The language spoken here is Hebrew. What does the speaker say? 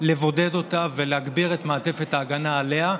לבודד אותה ולהגביר את מעטפת ההגנה עליה,